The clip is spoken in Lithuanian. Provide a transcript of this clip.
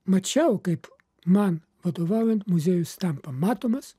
mačiau kaip man vadovaujant muziejus tampa matomas